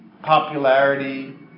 popularity